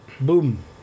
boom